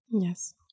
Yes